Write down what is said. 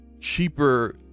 cheaper